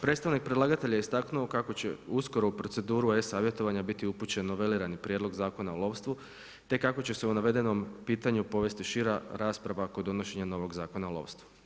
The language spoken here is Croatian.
Predstavnik predlagatelja istaknuo je kako će uskoro u proceduru e-savjetovanja biti upućen novelirani Prijedlog Zakona o lovstvu te kako će se o navedenom pitanju povesti šira rasprava kod donošenja novog Zakona o lovstvu.